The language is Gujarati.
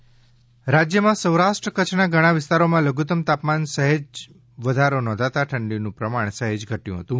હવામાન રાજ્યમાં સૌરાષ્ટ કચ્છના ઘણાં વિસ્તારોમાં લઘુત્તમ તાપમાનમાં સહેજ વધારો નોંધાતા ઠંડીનું પ્રમાણ સહેજ ઘટ્યું હતું